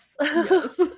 Yes